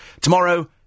Tomorrow